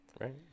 Right